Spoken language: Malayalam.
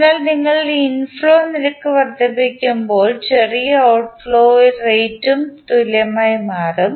അതിനാൽ നിങ്ങൾ ഇൻഫ്ലോ നിരക്ക് വർദ്ധിപ്പിക്കുമ്പോൾ ചെറിയ ഔട്ട്ഫ്ലോ റേറ്റും തുല്യമായി മാറ്റും